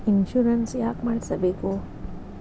Insurance ಯಾಕ್ ಮಾಡಿಸಬೇಕು?